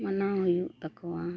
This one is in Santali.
ᱢᱟᱱᱟᱣ ᱦᱩᱭᱩᱜ ᱛᱟᱠᱚᱣᱟ